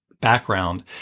background